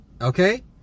Okay